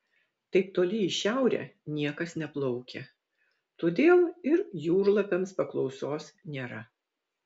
taip toli į šiaurę niekas neplaukia todėl ir jūrlapiams paklausos nėra